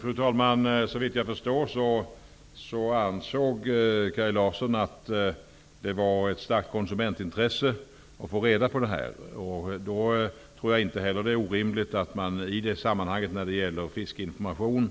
Fru talman! Såvitt jag förstår anser Kaj Larsson att det är ett starkt konsumentintresse att få reda på saken. Då tror jag inte det är orimligt att man i detta sammanhang då det gäller fiskeinformation